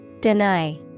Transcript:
Deny